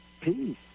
peace